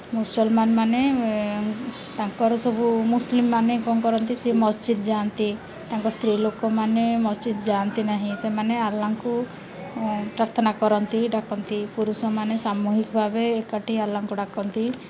ମୁସଲ୍ମାନ୍ମାନେ ତାଙ୍କର ସବୁ ମୁସଲିମ୍ମାନେ କ'ଣ କରନ୍ତି ସେ ମସ୍ଜିଦ୍ ଯାଆନ୍ତି ତାଙ୍କ ସ୍ତ୍ରୀ ଲୋକମାନେ ମସଜିଦ୍ ଯାଆନ୍ତି ନାହିଁ ସେମାନେ ଆଲ୍ଲାଙ୍କୁ ପ୍ରାର୍ଥନା କରନ୍ତି ଡାକନ୍ତି ପୁରୁଷମାନେ ସାମୁହିକ ଭାବେ ଏକାଠି ଆଲ୍ଲାଙ୍କୁ ଡାକନ୍ତି